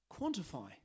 quantify